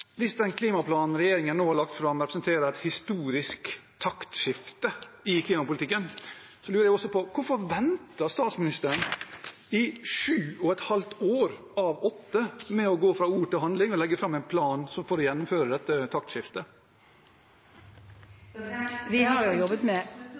Hvis den klimaplanen regjeringen nå har lagt fram, representerer et historisk taktskifte i klimapolitikken, så lurer jeg også på: Hvorfor ventet statsministeren i sju og et halvt år av åtte med å gå fra ord til handling og legge fram en plan for å gjennomføre dette taktskiftet?